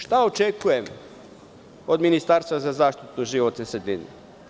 Šta očekujem od ministarstva za zaštitu životne sredine?